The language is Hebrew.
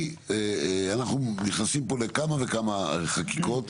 אנחנו נכנסים פה לכמה וכמה חקיקות,